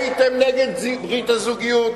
הייתם נגד ברית הזוגיות,